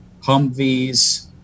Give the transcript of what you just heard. Humvees